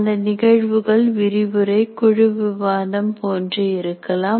அந்த நிகழ்வுகள் விரிவுரை குழு விவாதம் போன்று இருக்கலாம்